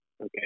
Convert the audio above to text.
okay